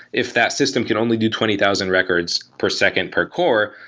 if that system can only do twenty thousand records per second per core,